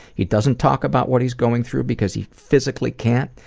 he doesn't talk about what he's going through because he physically can't,